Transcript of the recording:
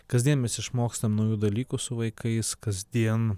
kasdien mes išmokstam naujų dalykų su vaikais kasdien